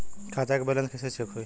खता के बैलेंस कइसे चेक होई?